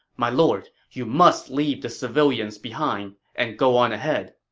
my lord, you must leave the civilians behind and go on ahead.